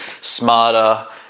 smarter